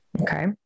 Okay